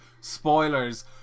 Spoilers